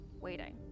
waiting